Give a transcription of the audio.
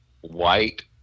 white